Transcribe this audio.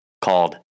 called